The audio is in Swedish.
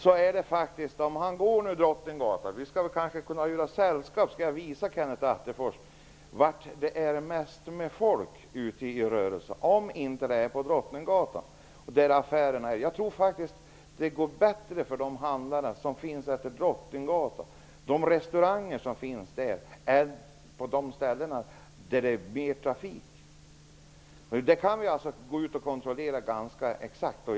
Jag kan göra Kenneth Attefors sällskap på Drottninggatan och visa honom var det finns mest folk i rörelse. Jag tror att det går bättre för de handlare och restaurangägare som finns utefter Drottninggatan än på de gator där det finns biltrafik. Vi kan kontrollera detta ganska exakt.